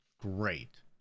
great